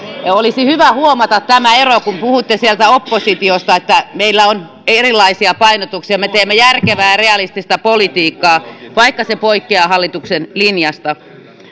olisi hyvä huomata tämä ero kun sieltä puhutte oppositiosta että meillä on erilaisia painotuksia me teemme järkevää ja realistista politiikkaa vaikka se poikkeaa hallituksen linjasta